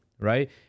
right